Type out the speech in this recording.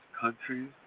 countries